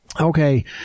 Okay